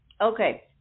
Okay